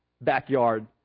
backyard